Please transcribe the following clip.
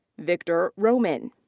victor roman.